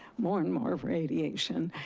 more and more radiation.